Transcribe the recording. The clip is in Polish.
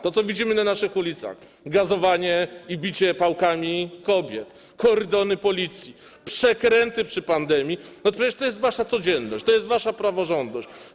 To, co widzimy na naszych ulicach, gazowanie i bicie pałkami kobiet, kordony policji, przekręty przy pandemii to jest przecież wasza codzienność, to jest wasza praworządność.